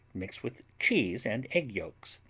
mix with cheese and egg yolks.